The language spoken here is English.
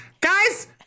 Guys